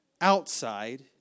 outside